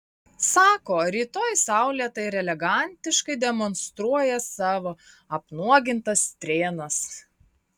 sako rytoj saulėta ir elegantiškai demonstruoja savo apnuogintas strėnas